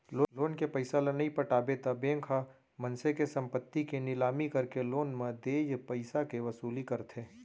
loan के पइसा ल नइ पटाबे त बेंक ह मनसे के संपत्ति के निलामी करके लोन म देय पइसाके वसूली करथे